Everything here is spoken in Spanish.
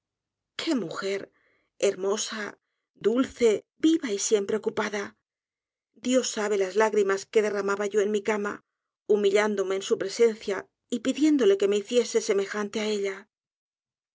qué mujer hermosa dulce viva y siempre ocupada dios sabe las lágrimas que derramaba yo en mi cama humillándome en su presencia y pidiéndole que me hiciese semejante á ella